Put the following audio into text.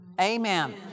Amen